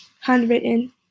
handwritten